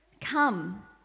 Come